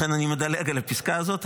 לכן אני מדלג על הפסקה הזאת.